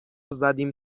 زدیم